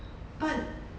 but